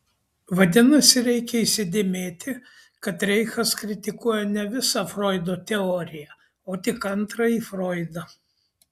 vadinasi reikia įsidėmėti kad reichas kritikuoja ne visą froido teoriją o tik antrąjį froidą